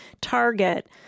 Target